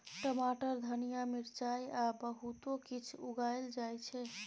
टमाटर, धनिया, मिरचाई आ बहुतो किछ उगाएल जाइ छै